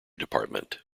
department